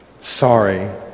Sorry